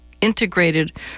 integrated